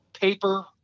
paper